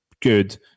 good